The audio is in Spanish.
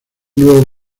nuevo